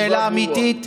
שאלה אמיתית.